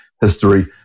history